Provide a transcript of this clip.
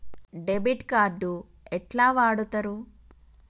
Debit card ఎట్లా వాడుతరు?